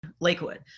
Lakewood